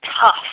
tough